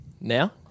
Now